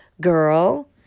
girl